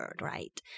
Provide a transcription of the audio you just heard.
right